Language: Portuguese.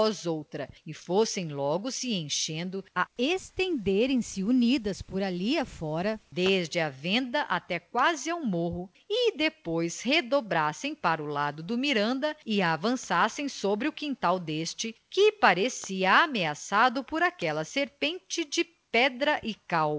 outra e fossem logo se enchendo a estenderem se unidas por ali a fora desde a venda até quase ao morro e depois dobrassem para o lado do miranda e avançassem sobre o quintal deste que parecia ameaçado por aquela serpente de pedra e